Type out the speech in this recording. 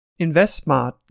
InvestSmart